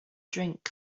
drink